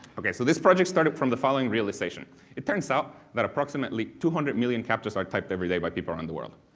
so this project started from the following realization it turns out that approximately two hundred million captchas are typed every day by people around the world.